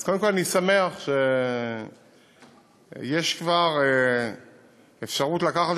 אז קודם כול אני שמח שיש כבר אפשרות לקחת